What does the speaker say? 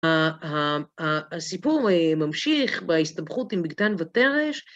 הסיפור ממשיך בהסתבכות עם בגתן ותרש,